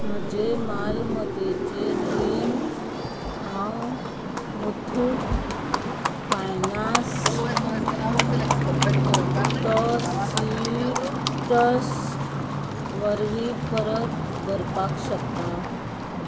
म्हजें मालमत्तेचेर रीण हांव मुथूट फायनान्सांत सि टस वरवीं परत भरपाक शकता